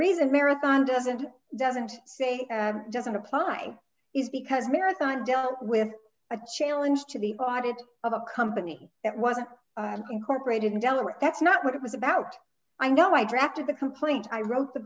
reason marathon doesn't doesn't say it doesn't apply is because marathon six dealt with a challenge to the audit of a company that wasn't incorporated in delaware that's not what it was about i know i drafted the complaint i wrote the